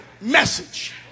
message